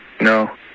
No